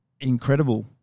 incredible